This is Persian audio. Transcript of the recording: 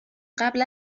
قبل